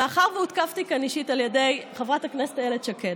מאחר שהותקפתי כאן אישית על ידי חברת הכנסת איילת שקד,